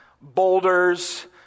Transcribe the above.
boulders